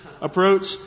approach